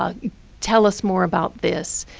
ah tell us more about this.